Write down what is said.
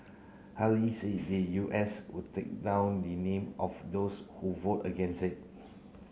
Haley said the U S would take down the name of those who vote against it